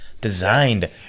designed